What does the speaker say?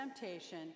temptation